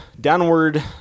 downward